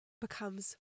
becomes